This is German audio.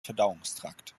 verdauungstrakt